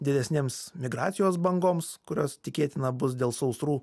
didesnėms migracijos bangoms kurios tikėtina bus dėl sausrų